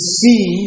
see